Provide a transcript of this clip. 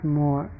more